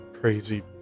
crazy